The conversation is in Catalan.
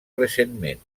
recentment